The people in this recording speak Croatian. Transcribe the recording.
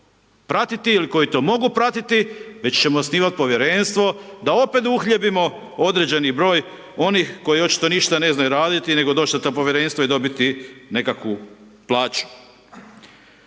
pratiti ili koji to mogu pratiti, već ćemo osnivati Povjerenstvo da opet uhljebimo određeni broj onih koji očito ništa ne znaju raditi, nego doći na ta Povjerenstva i dobiti nekakvu plaću.